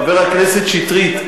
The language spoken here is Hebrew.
חבר הכנסת שטרית,